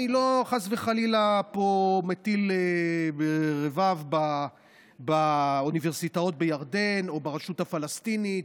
אני לא מטיל פה רבב באוניברסיטאות בירדן או ברשות הפלסטינית,